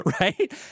Right